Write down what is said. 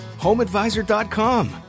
HomeAdvisor.com